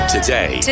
Today